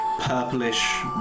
purplish